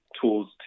Tools